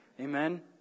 Amen